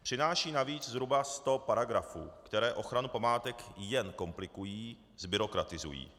Přináší navíc zhruba 100 paragrafů, které ochranu památek jen komplikují a zbyrokratizují.